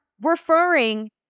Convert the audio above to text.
referring